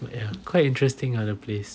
but ya quite interesting ah the place